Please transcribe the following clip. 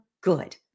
Good